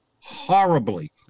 horribly